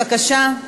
בבקשה.